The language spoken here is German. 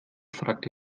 fragte